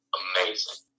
amazing